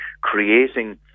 creating